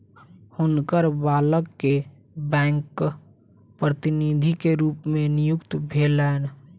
हुनकर बालक के बैंक प्रतिनिधि के रूप में नियुक्ति भेलैन